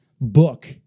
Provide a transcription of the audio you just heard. book